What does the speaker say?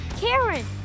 Karen